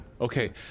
Okay